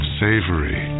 savory